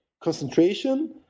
concentration